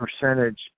percentage